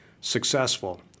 successful